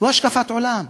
הוא השקפת עולם.